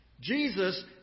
Jesus